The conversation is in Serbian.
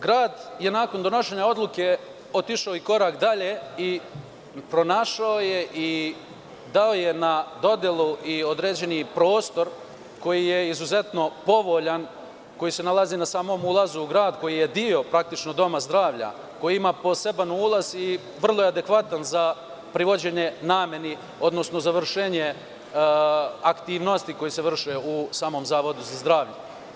Grad je nakon donošenja odluke otišao i korak dalje i pronašao je i dao je na dodelu određeni prostor koji je izuzetno povoljan koji se nalazi na samom ulazu u grad koji je deo, praktično, doma zdravlja, koji ima poseban ulaz i vrlo je adekvatan za privođenje nameni, odnosno za vršenje aktivnosti koje se vrše u samom zavodu za zdravlje.